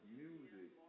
music